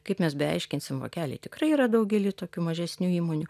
kaip mes beaiškinsim vokeliai tikrai yra daugely tokių mažesnių įmonių